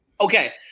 Okay